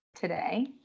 Today